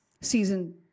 season